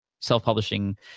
self-publishing